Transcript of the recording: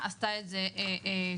אם ניקח עסקאות שהוצאנו מתוך האתר,